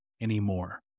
anymore